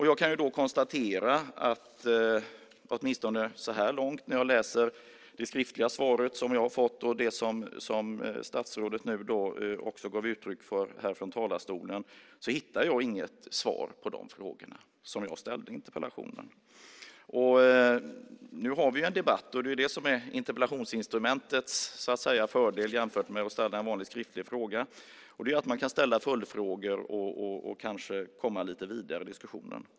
Jag kan också konstatera att jag i det skriftliga svaret, som statsrådet också gav uttryck för i talarstolen, inte hittar något svar på de frågor jag ställde i interpellationen. Nu har vi en debatt - det är ju det som är interpellationsinstrumentets fördel jämfört med en vanlig skriftlig fråga - där man kan ställa följdfrågor och kanske komma lite vidare i diskussionen.